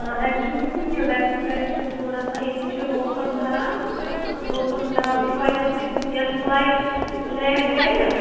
آ ایٚکچُلی چھِ یہِ ویٚسٹ کَنڈِشَن تھوڑا سا ییٚتہِ چھُ موسم خَراب موسم خَراب کہِ وَجہ سۭتۍ یۄس فٕلایِٹ لیٚنٛڈ کَرِ